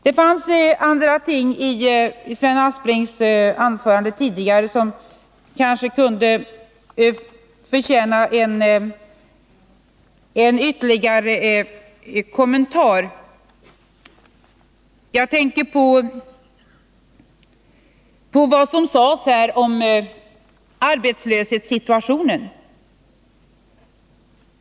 Det fanns andra ting i Sven Asplings tidigare anförande som kanske kunde förtjäna en ytterligare kommentar. Jag tänker på vad som sades om arbetslöshetssituationen.